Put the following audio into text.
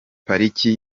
pariki